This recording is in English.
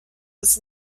was